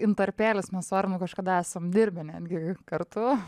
intarpėlis mes su arnu kažkada esam dirbę netgi kartu